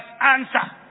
answer